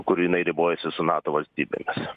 kur jinai ribojasi su nato valstybėmis